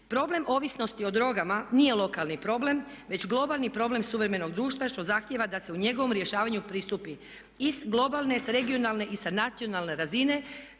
Problem ovisnosti od drogama nije lokalni problem već globalni problem suvremenog društva što zahtjeva da se u njegovom rješavanju pristupi i sa globalne, sa regionalne i sa nacionalne razine